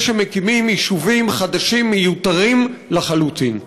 שמקימים יישובים חדשים מיותרים לחלוטין.